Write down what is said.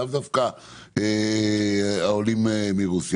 לאו דווקא העולים מרוסיה.